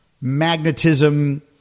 magnetism